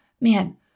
man